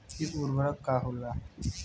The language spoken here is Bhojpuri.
इ उर्वरक का होला?